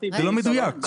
זה לא מדויק.